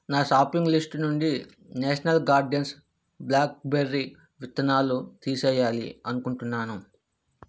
నా shopping list నుండి national gardens blackberry విత్తనాలు తీసేయాలి అనుకుంటున్నాను